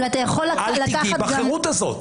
אל תיגעי בחירות הזאת.